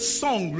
song